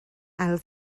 ail